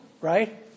Right